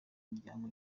muryango